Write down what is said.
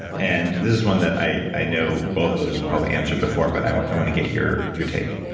and this is one that i i know both of those probably answered before, but i i want to get your your take.